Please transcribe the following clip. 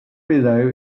below